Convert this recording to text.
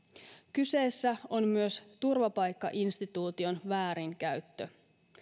kyseessä on myös turvapaikkainstituution väärinkäyttö